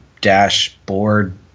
dashboard